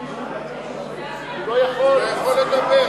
הוא לא יכול להשיב,